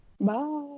bye